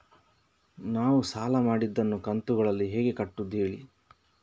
ನಾವು ಸಾಲ ಮಾಡಿದನ್ನು ಕಂತುಗಳಲ್ಲಿ ಹೇಗೆ ಕಟ್ಟುದು ಹೇಳಿ